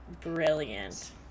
Brilliant